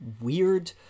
weird